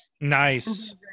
Nice